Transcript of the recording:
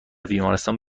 بیمارستان